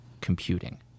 computing